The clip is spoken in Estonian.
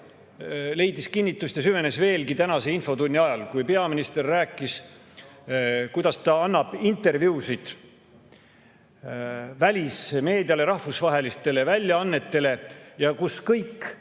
leidis kinnitust ja süvenes veelgi tänase infotunni ajal, kui peaminister rääkis, kuidas ta annab intervjuusid välismeediale, rahvusvahelistele väljaannetele, kus kõik